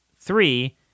three